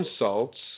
insults